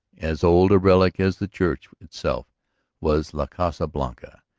as old a relic as the church itself was la casa blanca,